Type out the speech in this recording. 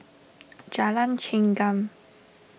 Jalan Chengam